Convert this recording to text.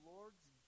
Lord's